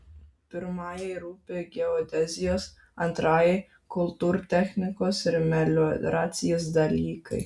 pirmajai rūpi geodezijos antrajai kultūrtechnikos ir melioracijos dalykai